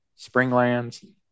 Springlands